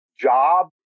job